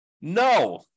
No